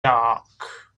dark